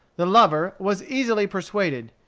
the lover was easily persuaded.